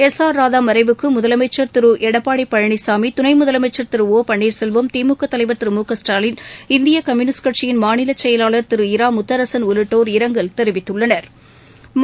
S R Radha மறைவுக்கு முதலமைச்ச் திரு எடப்பாடி பழனிசாமி துணை முதலமைச்ச் திரு ஒ பன்னீர்செல்வம் திமுக தலைவர் திரு முகஸ்டாலின் இந்திய கம்யூனிஸ்ட் கட்சியின் மாநிலச்செயலாளர் திரு இரா முத்தரசன் உள்ளிட்டோர் இரங்கல் தெரிவித்துள்ளனா்